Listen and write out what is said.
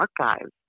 archives